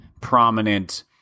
prominent